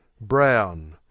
Brown